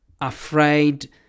afraid